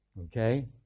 Okay